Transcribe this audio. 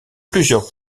plusieurs